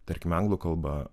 tarkim anglų kalba